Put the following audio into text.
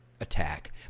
attack